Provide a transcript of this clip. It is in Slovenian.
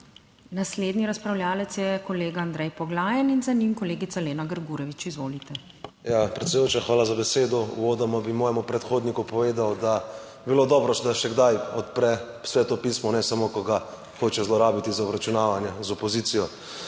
Naslednji razpravljavec je kolega Andrej Poglajen in za njim kolegica Lena Grgurevič. Izvolite. ANDREJ POGLAJEN (PS SDS): Ja, predsedujoča, hvala za besedo. Uvodoma bi mojemu predhodniku povedal, da bi bilo dobro, da se kdaj odpre Sveto pismo, ne samo, ko ga hoče zlorabiti za obračunavanje z opozicijo.